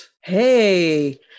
Hey